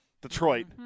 Detroit